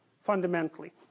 fundamentally